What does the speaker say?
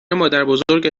مادربزرگت